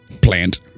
plant